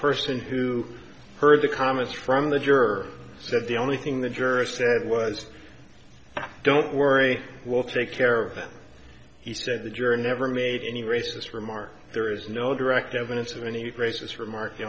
person who heard the comments from the juror said the only thing the juror said was don't worry we'll take care of them he said the jury never made any racist remark there is no direct evidence of any racist remark the